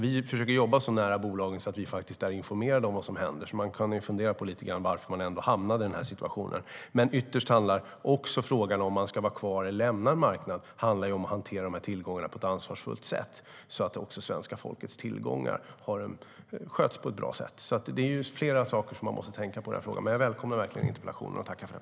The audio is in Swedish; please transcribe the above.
Vi försöker jobba så nära bolagen att vi är informerade om vad som händer. Man kan fundera på varför man hamnade i den situationen. Frågan om man ska vara kvar på eller lämna en marknad handlar ytterst om att hantera tillgångarna ansvarsfullt så att svenska folkets tillgångar sköts på ett bra sätt. Det är flera saker man måste tänka på i denna fråga. Jag välkomnar verkligen interpellationen och tackar för den.